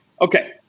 Okay